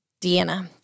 Deanna